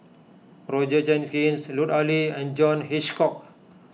Roger Jenkins Lut Ali and John Hitchcock